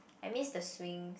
I missed the swings